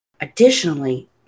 Additionally